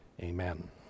amen